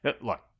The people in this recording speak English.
Look